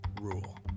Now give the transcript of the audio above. rule